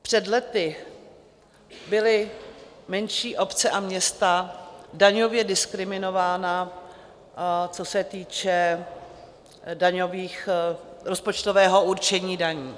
Před lety byly menší obce a města daňově diskriminovány, co se týče rozpočtového určení daní.